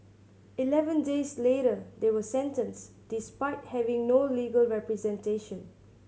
eleven days later they were sentenced despite having no legal representation